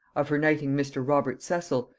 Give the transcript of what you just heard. of her knighting mr. robert cecil,